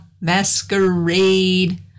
Masquerade